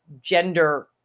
gender